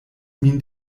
min